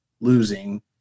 losing